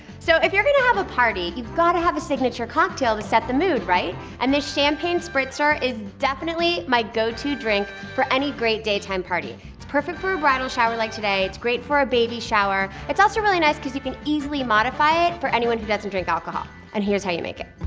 so, if you're gonna have a party, you've got to have a signature cocktail to set the mood, right? and this champagne spritzer is definitely my go to drink for any great daytime party. it's perfect for a bridal shower like today. it's great for a baby shower. it's also really nice because you can easily modify it for anyone who doesn't drink alcohol. and here's how you make it.